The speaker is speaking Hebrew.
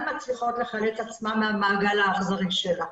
מצליחות לחלץ עצמן מהמעגל האכזרי שלה.